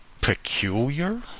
peculiar